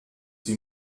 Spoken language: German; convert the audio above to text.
sie